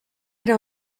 era